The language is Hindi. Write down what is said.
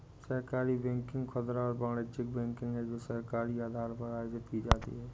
सहकारी बैंकिंग खुदरा और वाणिज्यिक बैंकिंग है जो सहकारी आधार पर आयोजित की जाती है